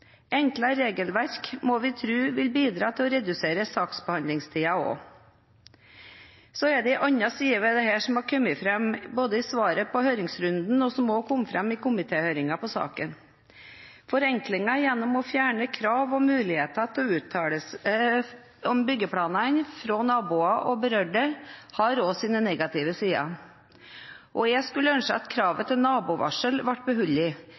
Enklere regelverk må vi tro vil bidra til å redusere saksbehandlingstiden også. Det er en annen side ved dette her som har kommet fram både i svaret på høringsrunden og i komitéhøringen om saken. Forenklinger gjennom å fjerne krav og muligheter til å uttale seg om byggeplanene fra naboer og berørte har også sine negative sider, og jeg skulle ønske at kravet til nabovarsel ble